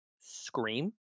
scream